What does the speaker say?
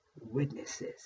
witnesses